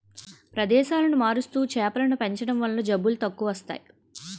ప్రదేశాలను మారుస్తూ చేపలను పెంచడం వల్ల జబ్బులు తక్కువస్తాయి